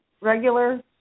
regular